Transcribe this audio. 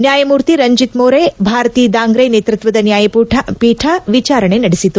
ನ್ಕಾಯಮೂರ್ತಿ ರಂಜಿತ್ ಮೋರೆ ಭಾರತಿ ದಾಂಗ್ರೆ ನೇತೃತ್ವದ ನ್ಕಾಯಪೀಠ ವಿಚಾರಣೆ ನಡೆಸಿದರು